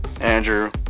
andrew